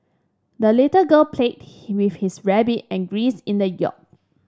the little girl played with his rabbit and geese in the yard